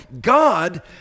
God